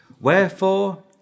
Wherefore